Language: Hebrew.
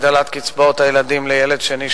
הגדלת קצבאות הילדים לילד שני,